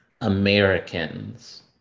Americans